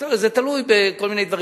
זה תלוי בכל מיני דברים,